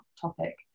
topic